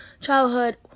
childhood